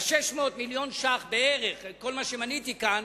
ה-600 מיליון ש"ח בערך, כל מה שמניתי כאן,